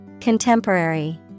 Contemporary